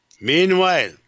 Meanwhile